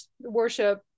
worship